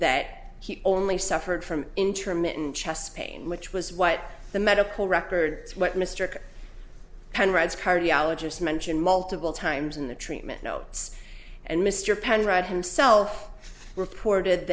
that he only suffered from intermittent chest pain which was what the medical records what mr king penrod's cardiologist mentioned multiple times in the treatment notes and mr penrod himself reported